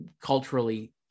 culturally